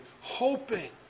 hoping